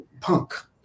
Punk